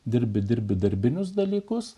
dirbi dirbi darbinius dalykus